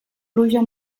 pluja